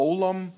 Olam